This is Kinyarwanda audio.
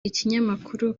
ikinyamakuru